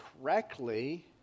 correctly